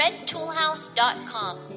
redtoolhouse.com